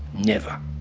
never,